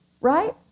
right